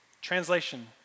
Translation